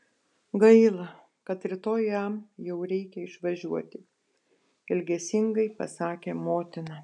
gaila kad rytoj jam jau reikia išvažiuoti ilgesingai pasakė motina